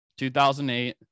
2008